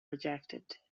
rejected